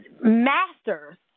masters